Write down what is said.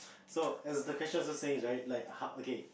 so as the question also says right like how okay